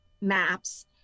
maps